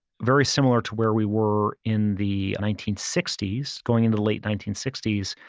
very similar to where we were in the nineteen sixty s, going into late nineteen sixty s.